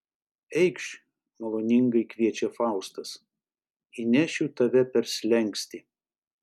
eikš maloningai kviečia faustas įnešiu tave per slenkstį